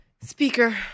Speaker